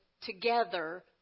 together